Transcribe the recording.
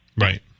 Right